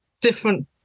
different